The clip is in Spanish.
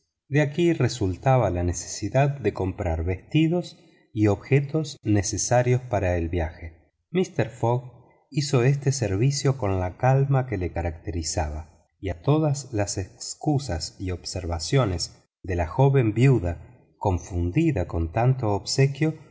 de aquí resultaba la necesidad de comprar vestidos y objetos necesarios para el viaje mister fogg hizo este servicio con la calma que le caracterizaba y a todas las excusas y observaciones de la joven viuda confundida con tanto obsequio